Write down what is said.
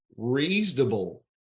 reasonable